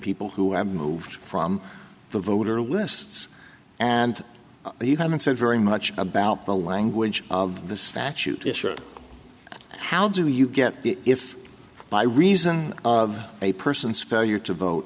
people who have moved from the voter lists and you haven't said very much about the language of the statute how do you get the if by reason of a person's failure to vote